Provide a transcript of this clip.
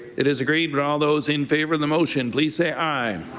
it is agreed. would all those in favor of the motion please say aye.